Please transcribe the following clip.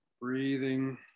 breathing